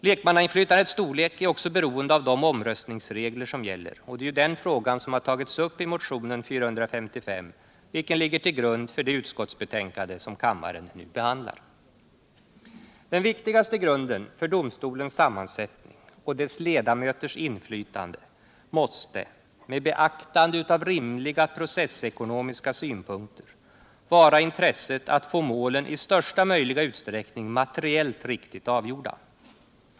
Lekmannainflytandets storlek är också beroende av de omröstningsregler som gäller, och det är ju den frågan som har tagits upp i motionen 455, vilken ligger till grund för det utskottsbetänkande som kammaren nu behandlar. Den viktigaste grunden för domstolens sammansättning och dess ledamöters inflytande måste — med beaktande av rimliga processekonomiska synpunkter — vara intresset att få målen i största möjliga utsträckning materiellt riktigt avgjorda.